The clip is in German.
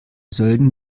sölden